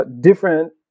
different